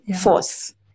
force